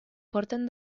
porten